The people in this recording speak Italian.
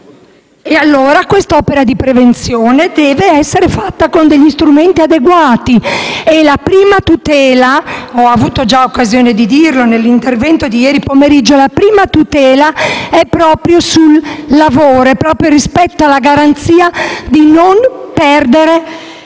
parte. Quest'opera di prevenzione deve essere condotta con degli strumenti adeguati. E la prima tutela, come ho già avuto occasione di dire nell'intervento di ieri pomeriggio, verte proprio sul lavoro, proprio sul rispetto della garanzia di non perdere